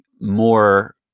more